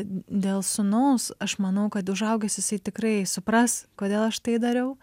dėl sūnaus aš manau kad užaugęs jisai tikrai supras kodėl aš tai dariau